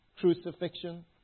crucifixion